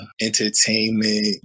entertainment